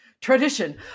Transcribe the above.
tradition